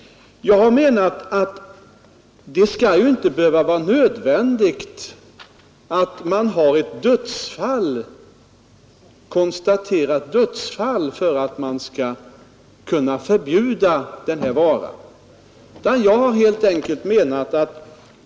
Jag menar att det inte skall vara nödvändigt att först konstatera ett dödsfall för att en vara skall kunna förbjudas.